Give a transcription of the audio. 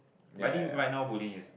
but I think right now bullying is